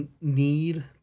need